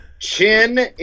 Chin